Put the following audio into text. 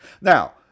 Now